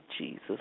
Jesus